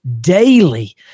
daily